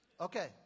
Okay